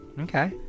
okay